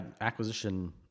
acquisition